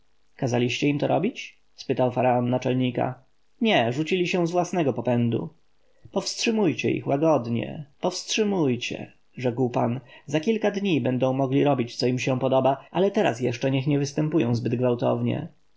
kazaliście im to robić spytał faraon naczelnika nie rzucili się z własnego popędu powstrzymujcie ich łagodnie powstrzymujcie rzekł pan za kilka dni będą mogli robić co im się podoba ale teraz jeszcze niech nie występują zbyt gwałtownie